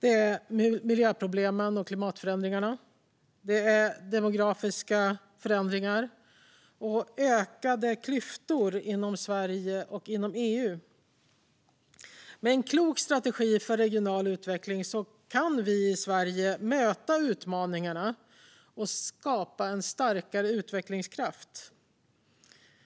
är miljöproblemen och klimatförändringarna, demografiska förändringar samt ökade klyftor inom Sverige och inom EU. Med en klok strategi för regional utveckling kan vi i Sverige möta utmaningarna och skapa en starkare utvecklingskraft.